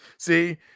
See